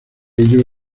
ello